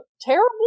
terrible